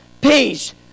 peace